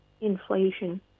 inflation